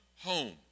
home